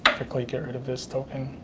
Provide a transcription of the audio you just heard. quickly get rid of this token,